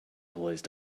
police